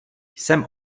jsem